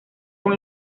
con